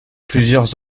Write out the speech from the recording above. plusieurs